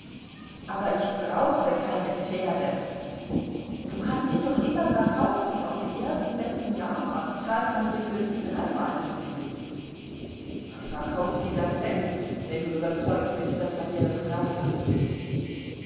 aber ich brauche keine pferde du kannst sie doch immer verkaufen auf dem ersten besten jahrmarkt zahlt man dir für sie dreimal soviel verkauf sie dann selbst wenn du überzeugt bist daß man dir das dreifache gibt